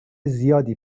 زیادی